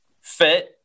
fit